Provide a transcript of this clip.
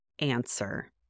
answer